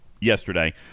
yesterday